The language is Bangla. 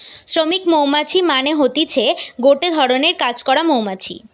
শ্রমিক মৌমাছি মানে হতিছে গটে ধরণের কাজ করা মৌমাছি